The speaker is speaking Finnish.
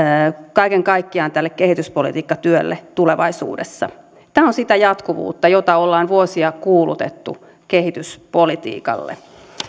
kaiken kaikkiaan tälle kehityspolitiikkatyölle tulevaisuudessa tämä on sitä jatkuvuutta jota ollaan vuosia kuulutettu kehityspolitiikalle